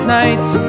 nights